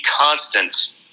constant